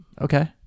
Okay